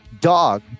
dog